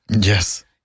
Yes